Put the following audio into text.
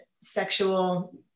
sexual